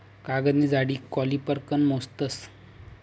कागदनी जाडी कॉलिपर कन मोजतस